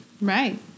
Right